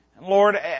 Lord